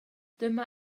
dyma